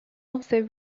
also